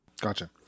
Gotcha